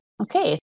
Okay